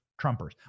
Trumpers